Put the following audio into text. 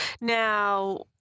Now